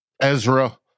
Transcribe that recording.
Ezra